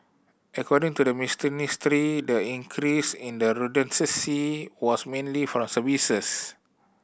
according to the the increase in the redundancy was mainly from services